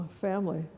family